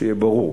שיהיה ברור.